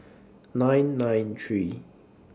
nine nine three